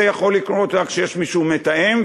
זה יכול לקרות רק אם יש מישהו מתאם,